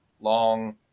long